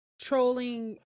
trolling